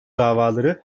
davaları